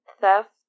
theft